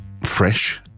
fresh